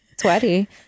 sweaty